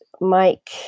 Mike